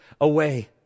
away